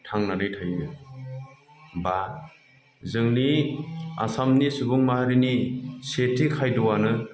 थांनानै थायो बा जोंनि आसामनि सुबुं माहारिनि सेथि खायद'आनो